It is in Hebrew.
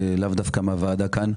לאו דווקא מהוועדה כאן.